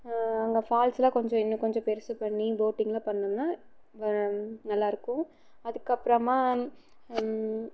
அங்கே ஃபால்ஸ்ல்லாம் கொஞ்சம் இன்னும் கொஞ்சம் பெருசு பண்ணி போட்டிங்ல்லாம் பண்ணோம்னால் நல்லாயிருக்கும் அதுக்கப்புறமா